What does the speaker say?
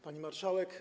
Pani Marszałek!